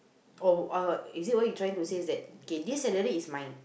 oh oh is that why you trying to says that kay this salary is mine